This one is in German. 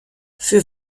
für